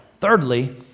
Thirdly